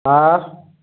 हा